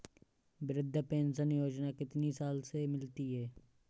वृद्धा पेंशन योजना कितनी साल से मिलती है?